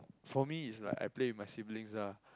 for me it's like I play with my siblings ah